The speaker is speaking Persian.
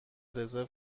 رزرو